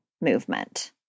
movement